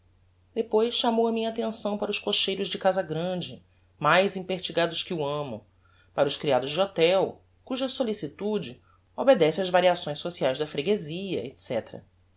depois chamou a minha attenção para os cocheiros de casa grande mais impertigados que o amo para os criados de hotel cuja solicitude obedece ás variações sociaes da freguezia